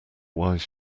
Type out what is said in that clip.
wise